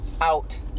out